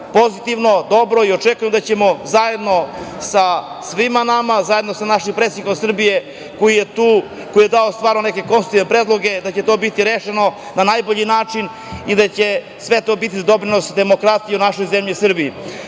pozitivno, dobro i očekujem da ćemo zajedno sa svima, zajedno sa našim predsednikom Srbije koji je tu, koji je dao stvarno neke konstruktivne predloge, da će to biti rešeno na najbolji način i da će sve to biti za doprinos demokratiji u našoj zemlji Srbiji. Još